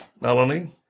Melanie